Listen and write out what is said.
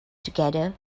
together